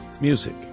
Music